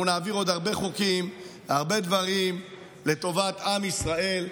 אנחנו נעביר עוד הרבה חוקים והרבה דברים לטובת עם ישראל.